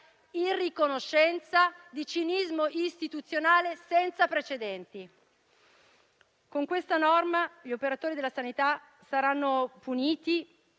irriconoscenza e di cinismo istituzionale senza precedenti. Con questa norma gli operatori della sanità saranno puniti